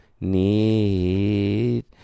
need